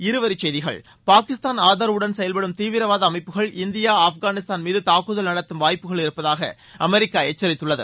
இருவரி செய்திகள் பாகிஸ்தான் ஆதரவுடன் செயல்படும் தீவிரவாத அமைப்புகள் இந்தியா ஆப்கானிஸ்தான் மீது தாக்குதல் நடத்தும் வாய்ப்புகள் இருப்பதாக அமெரிக்கா எச்சரித்துள்ளது